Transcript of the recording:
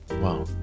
wow